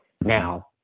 Now